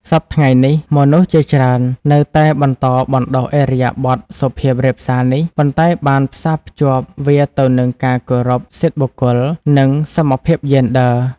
សព្វថ្ងៃនេះ មនុស្សជាច្រើននៅតែបន្តបណ្ដុះឥរិយាបថសុភាពរាបសារនេះ ប៉ុន្តែបានផ្សារភ្ជាប់វាទៅនឹងការគោរពសិទ្ធិបុគ្គល និងសមភាពយេនឌ័រ។